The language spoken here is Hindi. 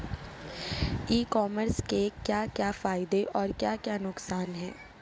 ई कॉमर्स के क्या क्या फायदे और क्या क्या नुकसान है?